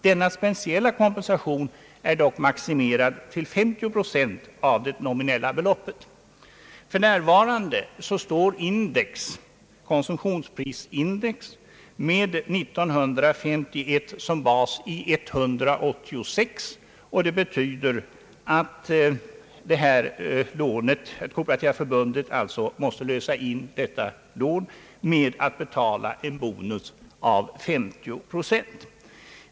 Denna speciella kompensation är dock maximerad till 50 procent av det nominella beloppet. För närvarande står konsumtionsprisindex med år 1951 som basår i 186, och det betyder att Kooperativa förbundet måste lösa in detta lån genom att betala en bonus av 50 procent.